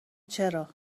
چرا